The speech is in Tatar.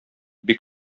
бик